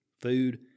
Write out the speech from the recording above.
food